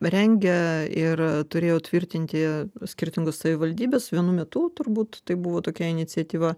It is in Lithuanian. rengia ir turėjo tvirtinti skirtingos savivaldybės vienu metu turbūt tai buvo tokia iniciatyva